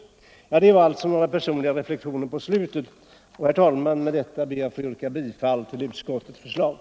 Detta sista var alltså bara några personliga reflexioner mot slutet av mitt anförande. Herr talman! Med detta ber jag att få yrka bifall till utskottets hemställan.